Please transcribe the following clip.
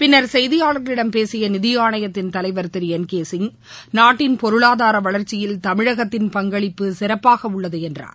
பின்னா் செய்தியாளா்களிடம் பேசிய நிதி ஆணையத்தின் தலைவா் திரு என் கே சிங் நாட்டின் பொருளாதார வளர்ச்சியில் தமிழகத்தின் பங்களிப்பு சிறப்பாக உள்ளது என்றார்